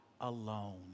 alone